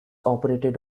operated